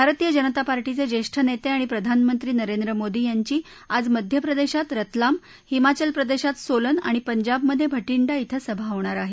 भारतीय जनता पार्टीचे ज्येष्ठ नेते आणि प्रधानमंत्री नरेंद्र मोदी यांची आज मध्यप्रदेशात रतलाम हिमाचलप्रदेशात सोलन आणि पंजाबमधे भटिंडा क्वे सभा होणार आहे